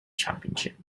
championship